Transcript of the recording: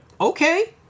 okay